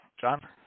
John